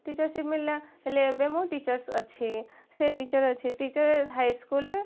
teachership ମିଳିଲା ହେଲେ ଏବେ ମୁଁ ଟିଚର୍ସ ଅଛି ସେ ଟିଚର୍ ଅଛି ଟିଚର୍ ହାଇସ୍କୁଲରେ